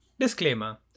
Disclaimer